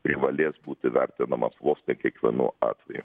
privalės būti vertinamas vos ne kiekvienu atveju